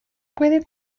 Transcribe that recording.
puede